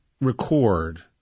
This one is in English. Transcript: record